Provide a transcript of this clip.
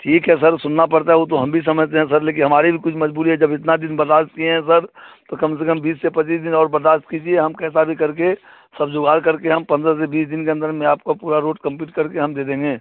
ठीक है सर सुनना पड़ता है वह तो हम भी समझते हैं सर लेकिन हमारी भी कुछ मजबूरी है जब इतने दिन बर्दाश्त किए हैं सर तो कम से कम बीस से पच्चीस दिन और बर्दाश्त कीजिए हम कैसा भी करके सब जुगाड़ करके हम पंद्रह से बीस दिन के अंदर में आपको पूरी रोड कम्प्लीट करके हम दे देंगे